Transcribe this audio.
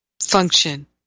function